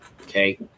Okay